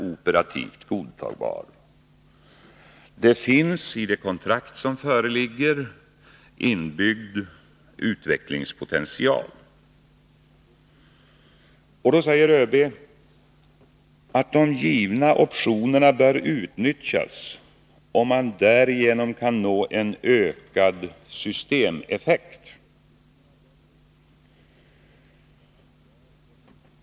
Det finns i det kontrakt som föreligger en utvecklingspotential inbyggd. Vidare säger ÖB att de givna optionerna bör utnyttjas, om man därigenom kan nå en ökad systemeffekt.